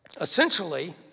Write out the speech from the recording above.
essentially